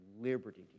liberty